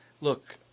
Look